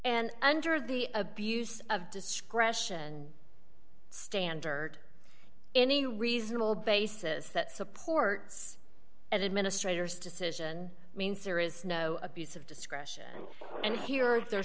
and under the abuse of discretion standard any reasonable basis that supports administrators decision means there is no abuse of discretion and here the